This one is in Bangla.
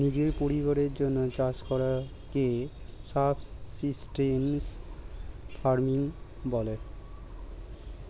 নিজের পরিবারের জন্যে চাষ করাকে সাবসিস্টেন্স ফার্মিং বলে